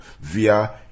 via